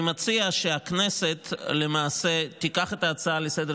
אני מציע שהכנסת למעשה תיקח את ההצעה לסדר